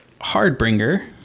Hardbringer